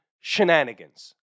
shenanigans